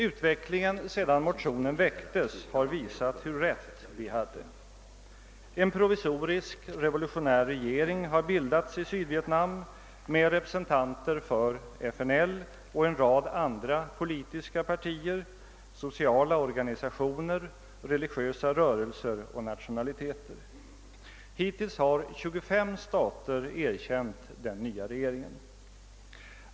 Utvecklingen sedan motionerna väcktes har visat hur rätt vi hade. En provisorisk revolutionär regering har bildats i Sydvietnam med representanter för FNL och en rad andra politiska partier, sociala organisationer, religiösa rörelser och nationaliteter. Hittills har 25 stater erkänt den nya regeringen.